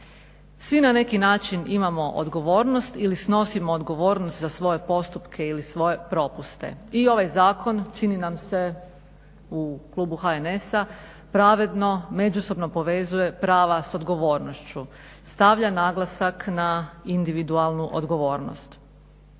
Svi na neki način imamo odgovornost ili snosimo odgovornost za svoje postupke ili svoje propuste. I ovaj zakon čini nam se u klubu HNS-a pravedno međusobno povezuje prava s odgovornošću. Stavlja naglasak na individualnu odgovornost.